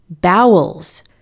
bowels